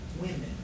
women